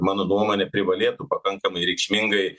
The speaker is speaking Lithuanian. mano nuomone privalėtų pakankamai reikšmingai